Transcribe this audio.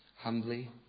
humbly